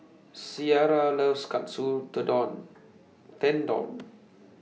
Ciara loves Katsu Tendon